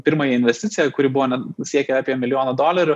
pirmąją investiciją kuri buvo net siekė apie milijoną dolerių